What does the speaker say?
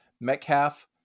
Metcalf